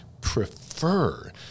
prefer